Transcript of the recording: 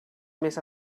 més